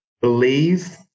believe